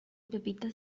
pepitas